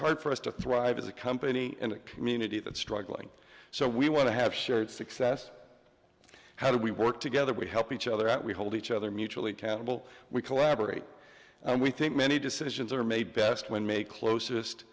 hard for us to thrive as a company in a community that's struggling so we want to have shared success how do we work together we help each other out we hold each other mutually countable we collaborate and we think many decisions are made best when made closest